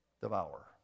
devour